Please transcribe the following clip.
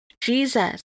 Jesus